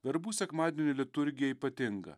verbų sekmadienio liturgija ypatinga